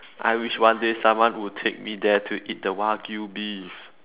I wish one day someone would take me there to eat the wagyu-beef